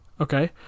Okay